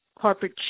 corporate